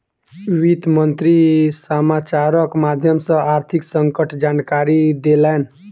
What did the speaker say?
वित्त मंत्री समाचारक माध्यम सॅ आर्थिक संकटक जानकारी देलैन